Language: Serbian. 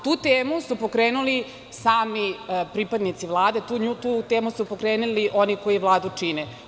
Tu temu su pokrenuli sami pripadnici Vlade, tu temu su pripremili oni koji Vladu čine.